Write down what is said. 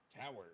tower